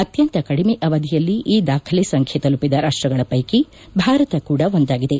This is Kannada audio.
ಅತ್ಯಂತ ಕಡಿಮೆ ಅವಧಿಯಲ್ಲಿ ಈ ದಾಖಲೆ ಸಂಖ್ಯೆಯನ್ನು ತಲುಪಿದ ರಾಷ್ಟಗಳ ಪೈಕಿ ಭಾರತ ಕೂಡ ಒಂದಾಗಿದೆ